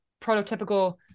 prototypical